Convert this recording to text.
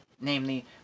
namely